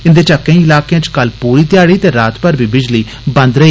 इंदे चा केई इलाकें च कल पूरी ध्याड़ी ते रातभर बी बिजली बंद रेही